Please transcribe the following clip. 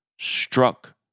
struck